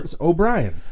O'Brien